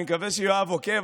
אני מקווה שיואב עוקב,